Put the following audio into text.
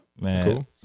Man